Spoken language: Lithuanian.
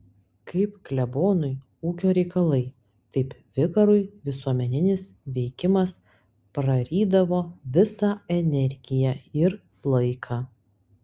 kaip klebonui ūkio reikalai taip vikarui visuomeninis veikimas prarydavo visą energiją ir laiką